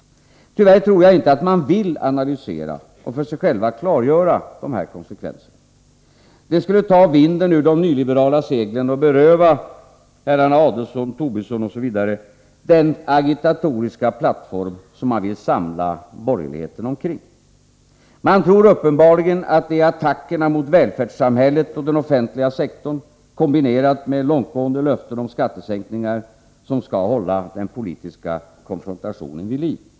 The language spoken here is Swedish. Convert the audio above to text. Tyvärr tror jag inte att man vill analysera och för sig själv klargöra dessa konsekvenser. Det skulle ta vinden ur de nyliberala seglen och beröva herrar Adelsohn, Tobisson m.fl. den agitatoriska plattform som man vill samla borgerligheten omkring. Man tror uppenbarligen att det är attackerna mot välfärdssamhället och den offentliga sektorn, kombinerade med långtgående löften om skattesänkningar, som skall hålla den politiska konfrontationen vid liv.